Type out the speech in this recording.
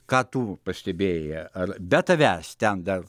ką tu pastebėjai ar be tavęs ten dar